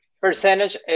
Percentage